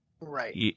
right